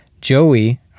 Joey